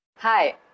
Hi